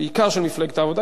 בעיקר של מפלגת העבודה,